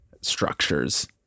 structures